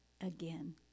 again